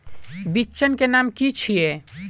बिचन के नाम की छिये?